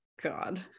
God